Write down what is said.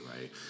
right